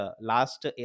last